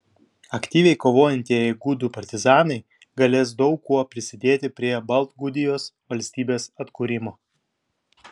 aktyviai kovojantieji gudų partizanai galės daug kuo prisidėti prie baltgudijos valstybės atkūrimo